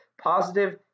Positive